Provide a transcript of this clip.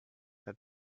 that